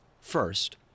First